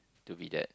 to be that